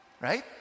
Right